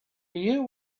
you